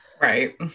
right